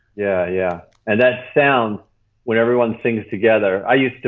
yeah, yeah. and that sound when everyone sings together. i used to.